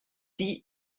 die